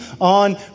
on